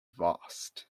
vast